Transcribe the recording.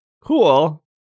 cool